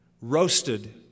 roasted